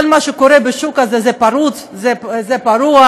כל מה שקורה בשוק הזה פרוץ, פרוע,